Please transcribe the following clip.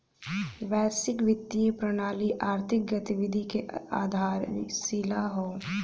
वैश्विक वित्तीय प्रणाली आर्थिक गतिविधि क आधारशिला हौ